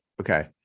Okay